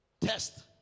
Test